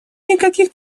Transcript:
никаких